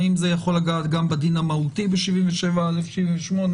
האם זה יכול לגעת גם בדין המהותי ב-77א, ב-78.